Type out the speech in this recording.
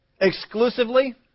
Exclusively